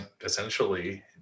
essentially